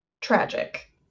tragic